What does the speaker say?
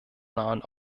nahen